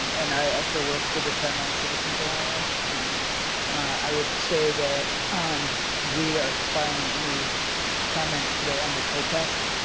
and i also work for the san juan citizens alliance. and i would say that we are filing any comments today under protest.